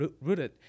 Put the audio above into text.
Rooted